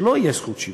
שלא תהיה זכות שיבה.